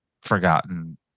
forgotten